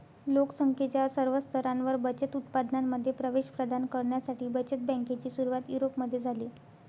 लोक संख्येच्या सर्व स्तरांवर बचत उत्पादनांमध्ये प्रवेश प्रदान करण्यासाठी बचत बँकेची सुरुवात युरोपमध्ये झाली